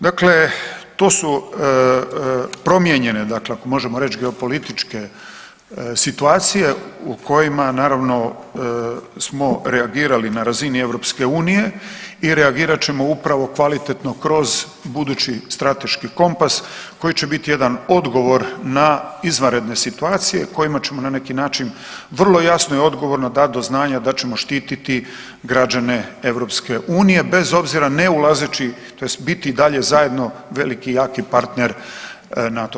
Dakle, to su promijenjene dakle ako možemo reći, geopolitičke situacije u kojima naravno smo reagirali na razini EU-a i reagirat ćemo upravo kvalitetno kroz budući strateški kompas koji će biti jedan odgovor na izvanredne situacije u kojima ćemo na neki način vrlo jasno i odgovorno dat do znanja da ćemo štititi građane EU-a, bez obzira ne ulazeći tj. biti i dalje zajedno veliki i jaki partner NATO saveza.